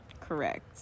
Correct